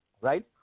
Right